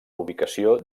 ubicació